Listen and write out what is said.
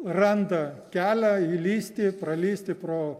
randa kelią įlįsti pralįsti pro